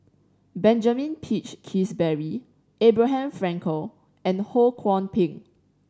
Benjamin Peach Keasberry Abraham Frankel and Ho Kwon Ping